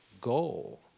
goal